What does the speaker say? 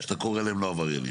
שאתה קורא להם לא עבריינים.